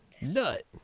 Nut